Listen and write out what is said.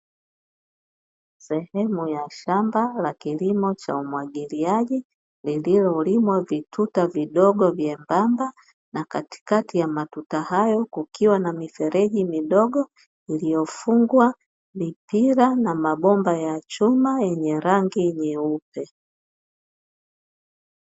Sehemu ya shamba la kilimo cha umwagiliaji lililolimwa vituta vidogo vyembamba, katikati ya matuta hayo kuna mifereji midogo iliyofungwa mipira na mabomba ya chuma yenye rangi nyeupe.